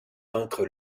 vaincre